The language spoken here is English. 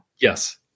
Yes